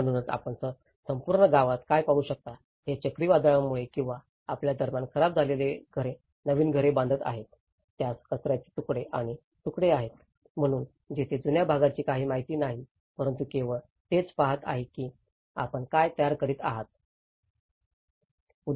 म्हणूनच आपण संपूर्ण गावात काय पाहू शकता हे चक्रीवादळामुळे किंवा आपल्यादरम्यान खराब झालेले घरे नवीन घरे बांधत आहेत त्यास कचर्याचे तुकडे आणि तुकडे आहेत म्हणून तेथे जुन्या भागाची काही माहिती नाही परंतु केवळ तेच पाहत आहेत की आपण काय तयार करीत आहात